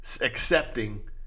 accepting